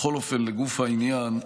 בכל אופן, לגוף העניין,